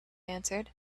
answered